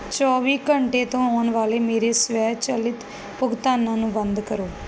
ਚੌਵੀ ਘੰਟੇ ਤੋਂ ਆਉਣ ਵਾਲੇ ਮੇਰੇ ਸਵੈਚਲਿਤ ਭੁਗਤਾਨਾਂ ਨੂੰ ਬੰਦ ਕਰੋ